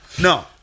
No